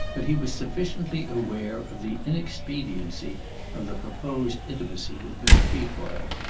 that he was sufficiently aware of the inexpediency of the proposed intimacy with miss trefoil.